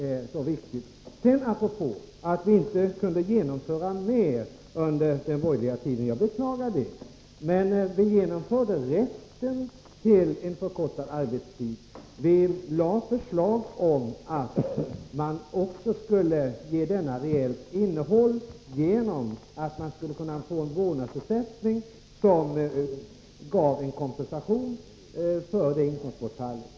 Jag beklagar att vi inte kunde genomföra mer under den borgerliga regeringstiden. Men vi hann genomföra rätt till förkortad arbetstid, och vi framlade förslag om att ge denna rätt ett reellt innehåll genom en vårdnadsersättning som kompensation för inkomstbortfallet.